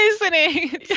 listening